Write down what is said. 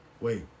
Wait